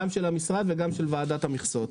גם של המשרד וגם של ועדת המכסות.